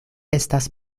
estas